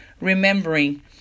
remembering